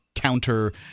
Counter